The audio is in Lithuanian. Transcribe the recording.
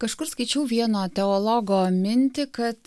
kažkur skaičiau vieno teologo mintį kad